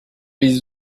les